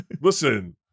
Listen